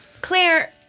Claire